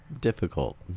difficult